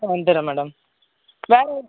வந்துடுறன் madam வேறு